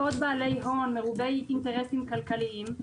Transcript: לעוד בעלי הון מרובי אינטרסים כלכליים,